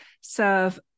serve